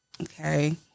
Okay